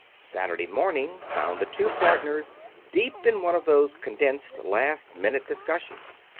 saturday morning found the two partners deep in one of those condensed, last-minute discussions.